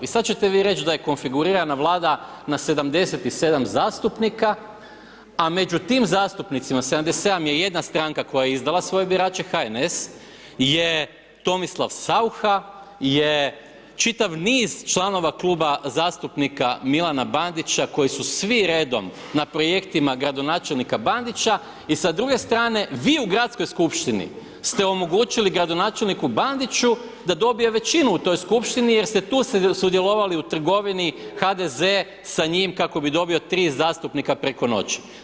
I sad ćete vi reć da je konfigurirana vlada na 77 zastupnika, a među tim zastupnicima 77 je jedna stranka koja izdala svoje birače HNS, je Tomislav Saucha, je čitav niz članova Kluba zastupnika Milana Bandića koji su svi redom na projektima gradonačelnika Bandića i sa druge strane vi u Gradskoj skupštini ste omogućili gradonačelniku Bandiću da dobije većinu u toj skupštini jer ste tu sudjelovali u trgovini HDZ sa njim kako bi dobio tri zastupnika preko noći.